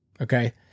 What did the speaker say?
Okay